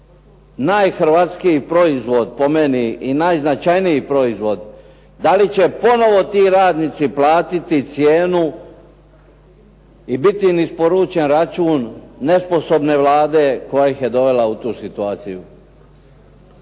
najhrvatskiji proizvod po meni i najznačajniji proizvod. Da li će ponovo ti radnici platiti cijenu i biti im isporučen račun nesposobne Vlade koja ih je dovela u tu situaciju?